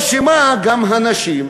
או שמא גם הנשים,